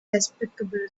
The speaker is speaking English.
despicable